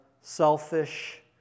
selfish